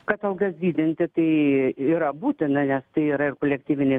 kad algas didinti tai yra būtina nes tai yra ir kolektyvinė